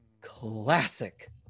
Classic